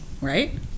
right